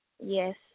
Yes